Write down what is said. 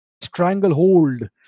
stranglehold